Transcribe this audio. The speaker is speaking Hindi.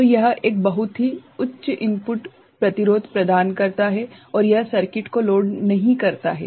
तो यह एक बहुत ही उच्च इनपुट प्रतिरोध प्रदान करता है और यह सर्किट को लोड नहीं करता है